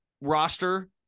roster